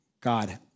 God